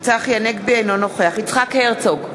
אינו נוכח יצחק הרצוג,